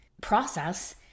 process